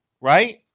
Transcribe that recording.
right